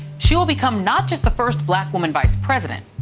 she will become not just the first black woman vice president,